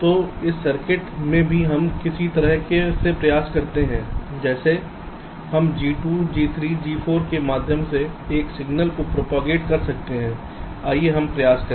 तो इस सर्किट में भी हम उसी तरह से प्रयास करते हैं जैसे कि हम G2 G3 G4 के माध्यम से एक सिग्नल को प्रोपागेट कर सकते हैं आइए हम प्रयास करें